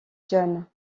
john